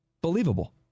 believable